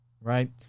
Right